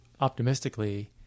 optimistically